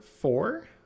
four